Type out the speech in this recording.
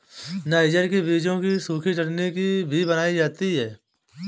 niger के बीजों की सूखी चटनी भी बनाई जाती है